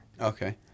Okay